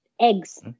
Eggs